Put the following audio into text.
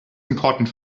important